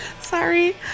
Sorry